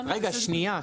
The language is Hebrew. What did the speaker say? לא, רגע, שנייה.